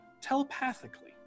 telepathically